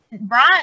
brian